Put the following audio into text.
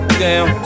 down